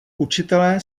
učitelé